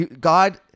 God